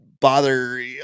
bother